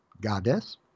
goddess